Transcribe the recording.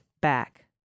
back